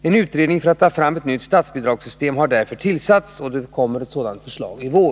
En utredning för att ta fram ett nytt statsbidragssystem har därför tillsatts. Förslag väntas i vår.